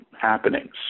happenings